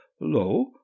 lo